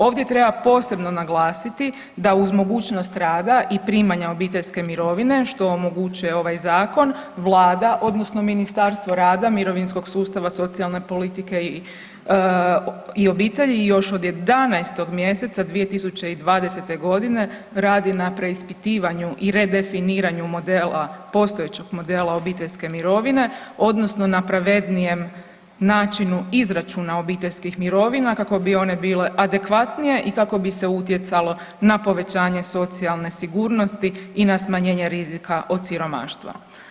Ovdje treba posebno naglasiti da uz mogućnost rada i primanja obiteljske mirovine što omogućuje ovaj zakon vlada odnosno Ministarstvo rada, mirovinskog sustava, socijalne politike i obitelji još od 11. mjeseca 2020.g. radi na preispitivanju i redefiniranju modela, postojećeg modela obiteljske mirovine odnosno na pravednijem načinu izračuna obiteljskih mirovina kako bi one bile adekvatnije i kako bi se utjecalo na povećanje socijalne sigurnosti i na smanjenje rizika od siromaštva.